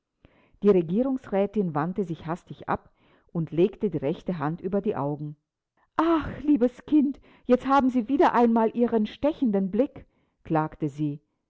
die regierungsrätin wandte sich hastig ab und legte die rechte hand über die augen ach liebes kind jetzt hatten sie wieder einmal ihren stechenden blick klagte sie